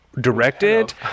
directed